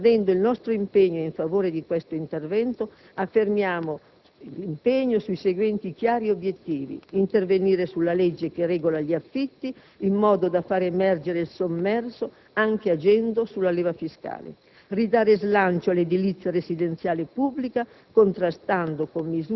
In conclusione, ribadendo la nostra posizione favorevole su questo intervento, affermiamo l'impegno sui seguenti chiari obiettivi: intervenire sulla legge che regola gli affitti in modo da far emergere il sommerso, anche agendo sulla leva fiscale; ridare slancio all'edilizia residenziale pubblica